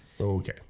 Okay